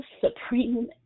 supreme